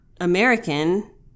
American